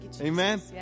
Amen